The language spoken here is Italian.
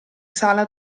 sala